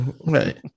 right